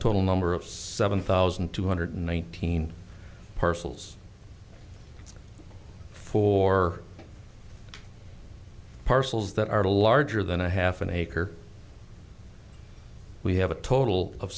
total number of seven thousand two hundred nineteen parcels for parcels that are larger than a half an acre we have a total of